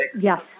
Yes